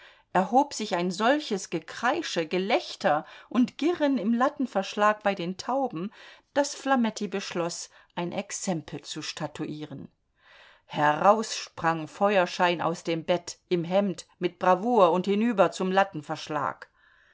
erhob sich ein solches gekreische gelächter und girren im lattenverschlag bei den tauben daß flametti beschloß ein exempel zu statuieren heraus sprang feuerschein aus dem bett im hemd mit bravour und hinüber zum